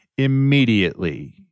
immediately